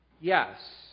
yes